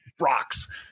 rocks